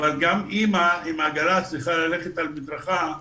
אבל גם אימא עם עגלה צריכה ללכת על מדרכה,